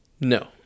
No